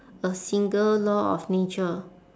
a single law of nature